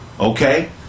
okay